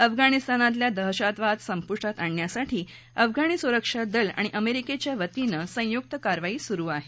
अफगाणिस्तानातला दहशतवाद संपुष्टात आणण्यासाठी अफगाणी सुरक्षा दल आणि अमेरिकच्या वतीनं संयुक्त कारवाई सुरु आहे